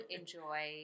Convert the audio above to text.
enjoy